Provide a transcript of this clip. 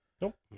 Nope